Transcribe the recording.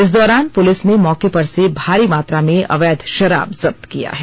इस दौरान पुलिस ने मौके पर से भारी मात्रा में अवैध शराब जब्त किया है